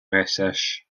recherches